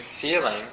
feeling